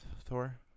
Thor